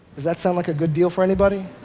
that sound like a good deal for anybody?